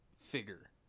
figure